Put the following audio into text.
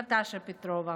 נטשה פטרובה.